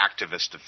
Activist